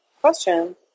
question